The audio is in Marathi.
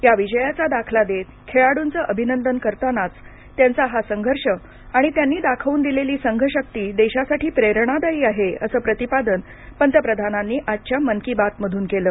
या विजयाचा दाखला देत खेळाडूंचं अभिनंदन करतानाच त्यांचा हा संघर्ष आणि त्यांनी दाखवून दिलेली संघशक्ती देशासाठी प्रेरणादायी आहे असं प्रतिपादन पंतप्रधानांनी आजच्या मन की बात मधून केलं